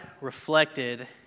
reflected